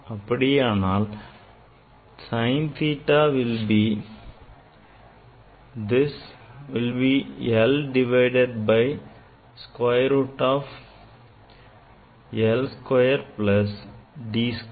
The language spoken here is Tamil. அப்படியானால் sine theta will be this l divided by square root of l square plus d square